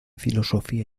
filosofía